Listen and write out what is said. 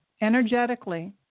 energetically